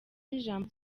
n’ijambo